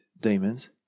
demons